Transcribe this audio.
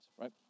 right